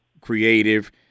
creative